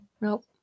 Nope